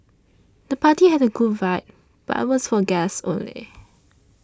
the party had a cool vibe but was for guests only